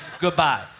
Goodbye